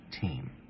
Team